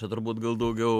čia turbūt gal daugiau